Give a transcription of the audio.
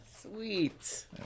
Sweet